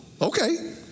okay